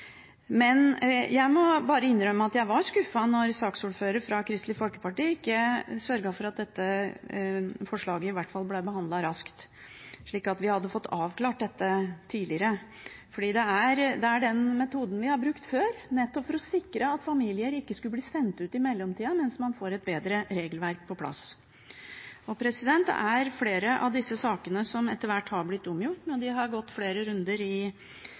Men jeg må bare innrømme at jeg var skuffet da saksordfører fra Kristelig Folkeparti ikke sørget for at dette forslaget i hvert fall ble behandlet raskt, slik at vi hadde fått avklart dette tidligere, for det er den metoden vi har brukt før – nettopp for å sikre at familier ikke skulle bli sendt ut i mellomtida, mens man får et bedre regelverk på plass. Det er flere av disse sakene som etter hvert har blitt omgjort, når de har gått flere runder i